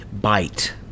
bite